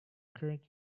current